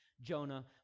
Jonah